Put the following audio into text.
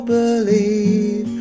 believe